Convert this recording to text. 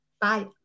Bye